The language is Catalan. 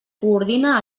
coordina